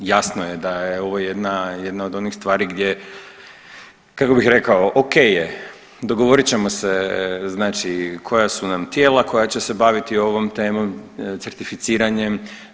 Jasno je da je ovo jedna, jedna od onih stvari gdje kako bih rekao, ok je, dogovorit ćemo se znači koja su nam tijela koja će se baviti ovom temom, certificiranjem.